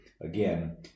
Again